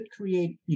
create